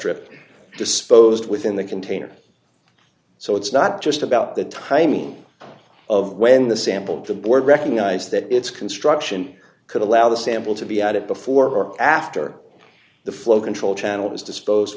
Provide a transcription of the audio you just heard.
trip disposed within the container so it's not just about the timing of when the sample the board recognized that its construction could allow the sample to be at it before or after the flow control channel was disposed